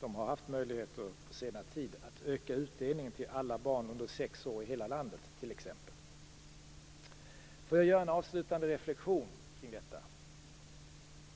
man på senare tid har haft möjligheter att öka utdelningen till alla barn under sex år i hela landet t.ex. Jag skall göra en avslutande reflektion kring detta.